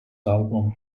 album